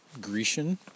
Grecian